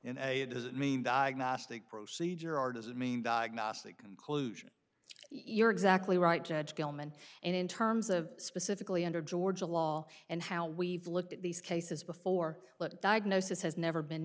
does it mean diagnostic procedure or does it mean diagnostic conclusion you're exactly right judge gilman and in terms of specifically under georgia law and how we've looked at these cases before diagnosis has never been